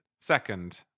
second